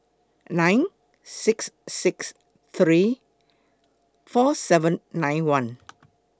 nine six six three four seven nine one